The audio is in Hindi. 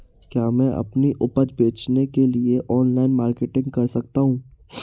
क्या मैं अपनी उपज बेचने के लिए ऑनलाइन मार्केटिंग कर सकता हूँ?